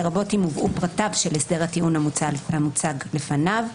לרבות אם הובאו פרטיו של הסדר הטיעון המוצג לפניו,